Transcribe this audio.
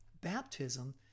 baptism